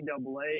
NCAA